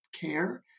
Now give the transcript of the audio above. care